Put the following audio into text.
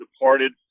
departed